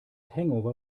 hangover